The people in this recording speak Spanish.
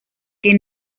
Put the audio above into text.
que